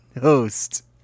host